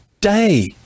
day